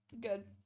Good